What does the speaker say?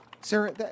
Sarah